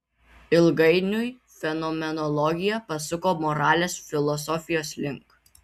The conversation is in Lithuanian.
ilgainiui fenomenologija pasuko moralės filosofijos link